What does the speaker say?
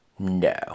No